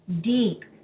deep